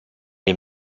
les